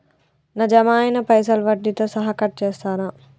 నా జమ అయినా పైసల్ వడ్డీతో సహా కట్ చేస్తరా?